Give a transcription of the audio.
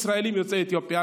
ישראלים יוצאי אתיופיה,